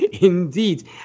indeed